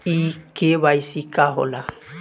इ के.वाइ.सी का हो ला?